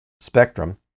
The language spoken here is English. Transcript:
spectrum